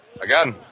again